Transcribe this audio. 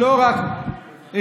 יש.